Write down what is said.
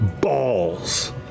balls